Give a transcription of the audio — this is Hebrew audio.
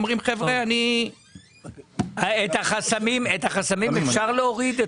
את החסמים אפשר להוריד?